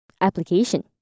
Application